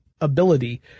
ability